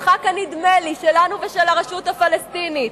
משחק הנדמה לי שלנו ושל הרשות הפלסטינית,